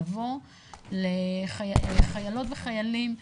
לבוא לחיילות ולחיילים שסיימו.